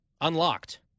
unlocked